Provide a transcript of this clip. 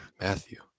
Matthew